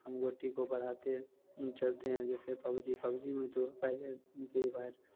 हम गोटी को बढ़ाते चलते हैं जैसे पबजी पबजी में तो पहले फ्री फ़ाइर